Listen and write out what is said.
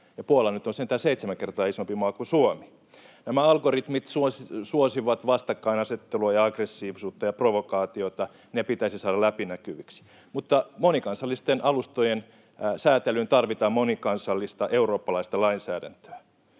Puola nyt on sentään seitsemän kertaa isompi maa kuin Suomi. Nämä algoritmit suosivat vastakkainasettelua ja aggressiivisuutta ja provokaatiota. Ne pitäisi saada läpinäkyviksi, mutta monikansallisten alustojen säätelyyn tarvitaan monikansallista eurooppalaista lainsäädäntöä.